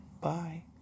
Bye